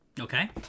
Okay